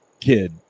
kid